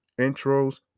intros